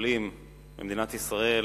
קופות-החולים במדינת ישראל